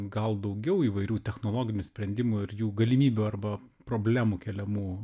gal daugiau įvairių technologinių sprendimų ir jų galimybių arba problemų keliamų